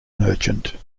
merchant